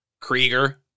Krieger